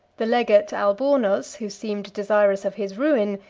the legate albornoz, who seemed desirous of his ruin,